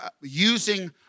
using